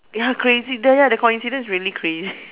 ya crazy the ya the coincidence is really crazy